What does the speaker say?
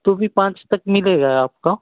तो भी पाँच तक मिलेगा आपका